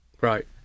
Right